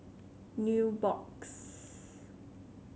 Nubox